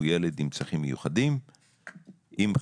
הוא ילד עם צרכים מיוחדים,